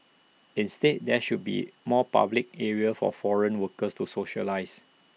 instead there should be more public areas for foreign workers to socialise